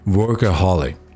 workaholic